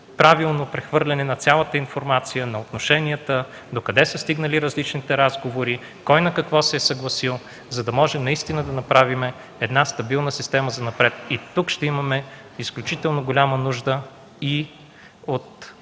правилно прехвърляне на цялата информация, на отношенията, докъде са стигнали различните разговори, кой на какво се е съгласил, за да можем наистина да направим една стабилна система занапред. И тук ще имаме изключително голяма нужда и от